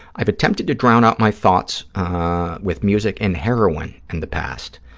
i've attempted to drown out my thoughts with music and heroin in the past.